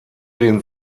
den